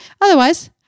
otherwise